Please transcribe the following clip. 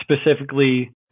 specifically